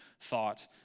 thought